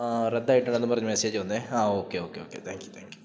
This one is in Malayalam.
ആ റദ്ദായിട്ട് ഉണ്ടെന്നും പറഞ്ഞ് മസ്സേജ് വന്നേ ആ okay okay okay thank you thank you